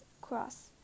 Cross